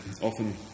often